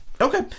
Okay